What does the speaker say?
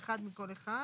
אחד מכל אחד,